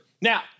Now